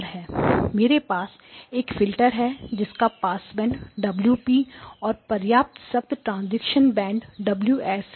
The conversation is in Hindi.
मेरे पास एक फिल्टर है जिसका पासबैंड ωp और पर्याप्त सख्त ट्रांजीशन बैंड ωs है